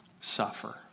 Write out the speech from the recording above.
suffer